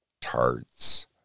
tarts